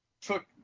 took